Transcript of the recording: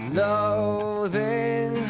loathing